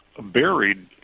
buried